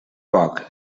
poc